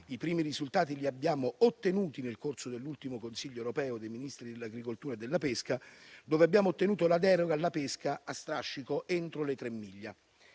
I primi risultati li abbiamo ottenuti nel corso dell'ultimo Consiglio europeo dei Ministri dell'agricoltura e della pesca, dove abbiamo ottenuto la deroga alla pesca a strascico entro le tre miglia.